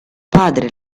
padre